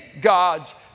gods